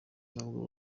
ntabwo